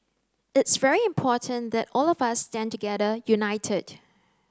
it's very important that all of us stand together united